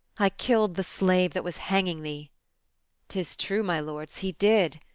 i killed the slave that was hanging thee tis true, my lords, he did,